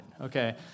okay